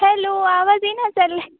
hello आवाज येईना झाला आहे